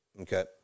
okay